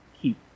keep